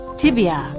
tibia